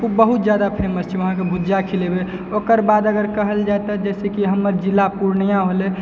बहुत जादा फेमस छै वहाँके भूजा खिलेबै ओकर बाद अगर कहल जाए तऽ जैसे कि हमर जिला पुर्णिया भेलै